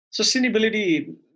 Sustainability